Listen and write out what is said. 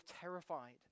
terrified